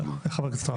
חבר הכנסת מוסי רז.